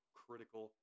critical